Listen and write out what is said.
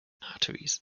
arteries